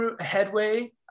headway